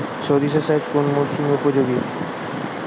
সরিষা চাষ কোন মরশুমে উপযোগী?